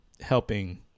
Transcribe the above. helping